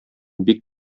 бик